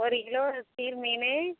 ஒரு கிலோ சீர் மீன்